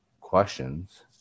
questions